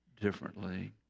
differently